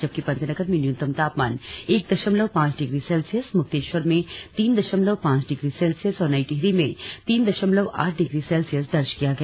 जबकि पंतनगर में न्यूनतम तापमान एक दशमलव पांच डिग्री सेल्सियस मुक्तेश्वर में तीन दशमलव पांच डिग्री सेल्सियस और नई टिहरी में तीन दशमलव आठ डिग्री सेल्सियस दर्ज किया गया